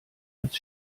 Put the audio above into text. als